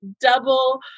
double